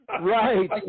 Right